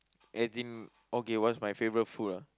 as in okay what's my favourite food ah